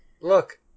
Look